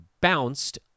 bounced